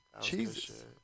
Jesus